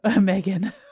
Megan